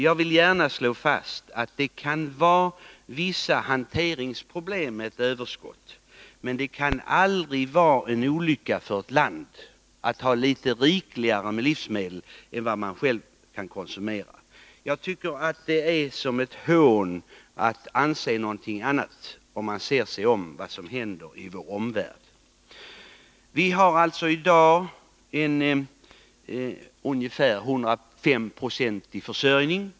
Jag vill gärna slå fast att det kan finnas vissa hanteringsproblem med ett överskott, men det kan aldrig vara en olycka för ett land att ha litet rikligare med livsmedel än vad man själv kan konsumera. Det är ett hån att anse någonting annat, om man ser sig om på vad som händer i vår omvärld. Vi har alltså i dag en ungefär 105-procentig försörjning.